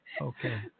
Okay